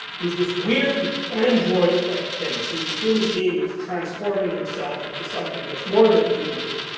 who's this weird android-like thing so he's a human being that's transforming himself and to something that's more than a human being,